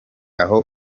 aho